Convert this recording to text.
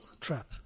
trap